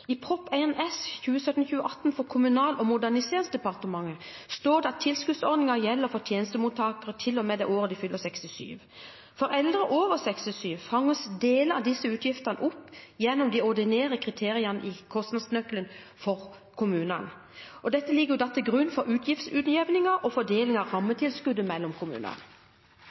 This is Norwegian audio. I Prop. 1 S for 2017–2018 for Kommunal- og moderniseringsdepartementet står det at tilskuddsordningen gjelder for tjenestemottakere til og med det året de fyller 67 år. For eldre over 67 år fanges deler av disse utgiftene opp gjennom de ordinære kriteriene i kostnadsnøkkelen for kommunene. Dette ligger til grunn for utgiftsutjevningen og fordelingen av rammetilskuddet mellom kommunene.